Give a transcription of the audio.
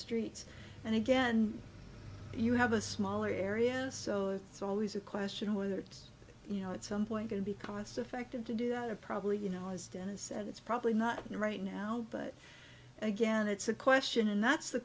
streets and again you have a smaller area so it's always a question of whether it's you know it's some point going to be cost effective to do that or probably you know as dennis said it's probably not the right now but again it's a question and that's the